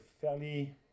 fairly